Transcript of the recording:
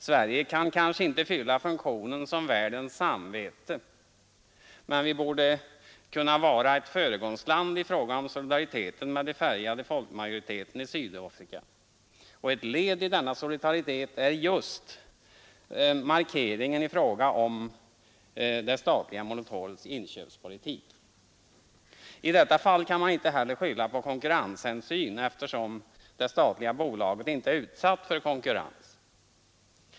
Sverige kan kanske inte fylla funktionen som världens samvete men borde kunna vara ett föregångsland i fråga om solidaritet med den färgade folkmajoriteten i Sydafrika. Ett led i denna solidaritet är just en markering i fråga om det statliga monopolets inköpspolitik. I detta fall kan man inte heller skylla på konkurrenshänsyn, eftersom det statliga bolaget inte är utsatt för konkurrens.